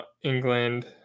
England